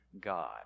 God